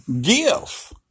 give